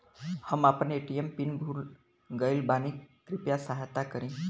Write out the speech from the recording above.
हम आपन ATM PIN भूल गईल बानी कृपया सहायता करी